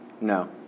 No